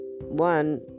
one